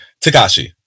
Takashi